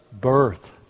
birth